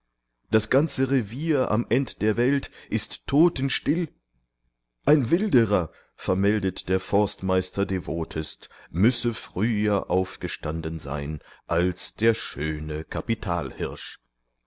das ganze revier am end der welt ist totenstill ein wilderer vermeldet der forstmeister devotest müsse früher aufgestanden sein als der schöne